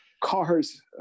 cars